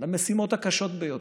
למשימות הקשות ביותר,